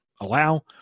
allow